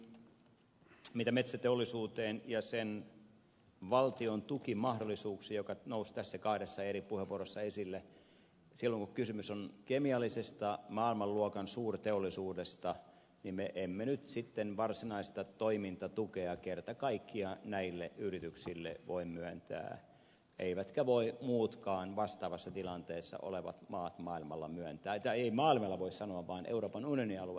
ensinnäkin mitä tulee metsäteollisuuteen ja sen valtion tukimahdollisuuksiin jotka nousivat tässä kahdessa eri puheenvuorossa esille silloin kun kysymys on kemiallisesta maailmanluokan suurteollisuudesta me emme nyt sitten varsinaista toimintatukea kerta kaikkiaan näille yrityksille voi myöntää eivätkä voi muutkaan vastaavassa tilanteessa olevat maat maailmalla myöntää tai ei voi sanoa maailmalla vaan euroopan unionin alueella